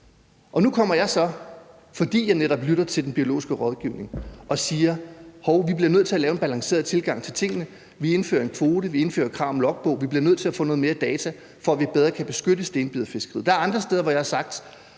Nu kommer jeg så, fordi jeg netop lytter til den biologiske rådgivning, og siger, at vi bliver nødt til at lave en balanceret tilgang til tingene. Vi indfører en kvote, og vi indfører krav om logbog. Vi bliver nødt til at få noget mere data, for at vi bedre kan beskytte stenbiderfiskeriet. Der er andre steder, hvor jeg har sagt,